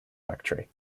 factory